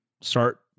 start